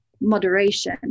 moderation